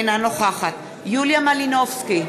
אינה נוכחת יוליה מלינובסקי,